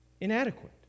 inadequate